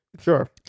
Sure